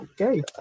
Okay